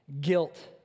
guilt